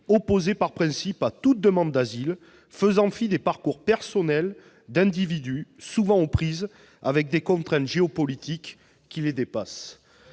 opposé par principe à toute demande d'asile, faisant fi des parcours personnels d'individus souvent aux prises avec des contraintes géopolitiques qui les dépassent.